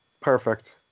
perfect